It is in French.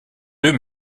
œufs